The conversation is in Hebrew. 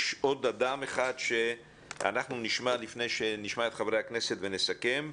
יש עוד אדם אחד שאנחנו נשמע לפני שנשמע את חברי הכנסת ונסכם.